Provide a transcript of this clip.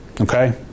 Okay